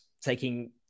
taking